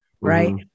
right